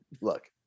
look